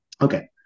Okay